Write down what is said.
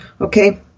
okay